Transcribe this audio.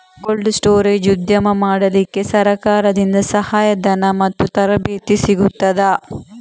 Cold storage ಉದ್ಯಮ ಮಾಡಲಿಕ್ಕೆ ಸರಕಾರದಿಂದ ಸಹಾಯ ಧನ ಮತ್ತು ತರಬೇತಿ ಸಿಗುತ್ತದಾ?